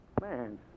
Man